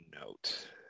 note